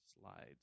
Slides